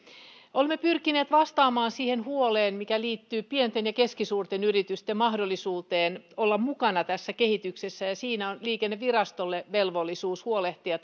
olemme pyrkineet vastaamaan siihen huoleen mikä liittyy pienten ja keskisuurten yritysten mahdollisuuteen olla mukana tässä kehityksessä siinä on liikennevirastolla velvollisuus huolehtia